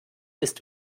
ist